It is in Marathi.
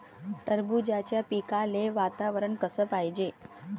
टरबूजाच्या पिकाले वातावरन कस पायजे?